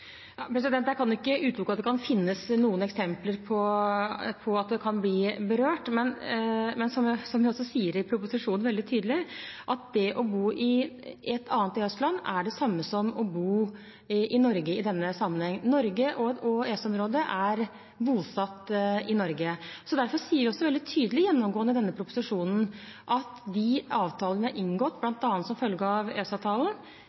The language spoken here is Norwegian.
Jeg kan ikke utelukke at det kan finnes noen eksempler på at det kan bli berørt. Men som vi også sier veldig tydelig i proposisjonen, er det å bo i et annet EØS-land det samme som å bo i Norge i denne sammenhengen – Norge og EØS-området er lik bosatt i Norge. Derfor sier vi også veldig tydelig og gjennomgående i denne proposisjonen at de avtalene vi har inngått,